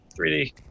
3D